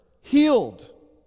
healed